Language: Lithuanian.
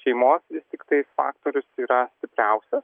šeimos vis tiktais faktorius yra stipriausias